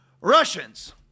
Russians